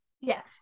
Yes